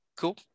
Cool